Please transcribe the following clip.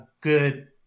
good